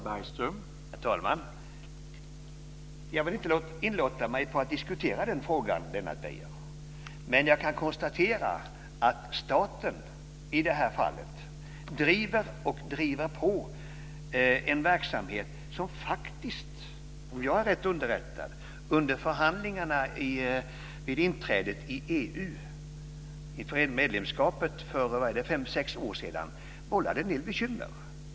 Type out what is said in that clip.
Herr talman! Jag vill inte inlåta mig på att diskutera den frågan, Lennart Beijer. Jag kan dock konstatera att staten i det här fallet driver och driver på en verksamhet som under förhandlingarna inför medlemskapet i EU för fem sex år sedan vållade en del bekymmer.